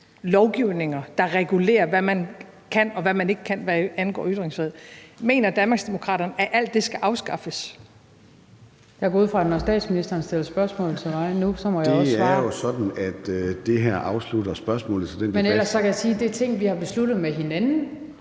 lovgivninger, der regulerer, hvad man kan, og hvad man ikke kan, hvad angår ytringer – skal afskaffes. (Inger Støjberg (DD): Jeg går ud fra, at når statsministeren stiller spørgsmål til mig nu, må jeg også svare). (Formanden: Det er jo sådan, at det her afslutter spørgsmålet, så den debat ...). (Inger Støjberg (DD): Men ellers kan jeg sige, at det er ting, vi har besluttet med hinanden,